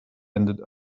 ended